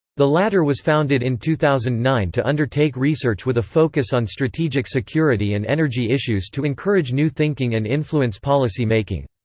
the latter was founded in two thousand and nine to undertake research with a focus on strategic security and energy issues to encourage new thinking and influence policy-making.